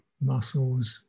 muscles